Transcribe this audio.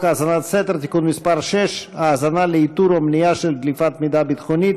האזנת סתר (תיקון מס' 6) (האזנה לאיתור או מניעה של דליפת מידע ביטחוני),